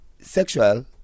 sexual